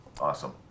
Awesome